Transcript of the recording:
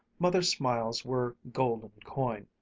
mother's smiles were golden coin,